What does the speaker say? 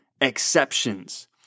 exceptions